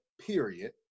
period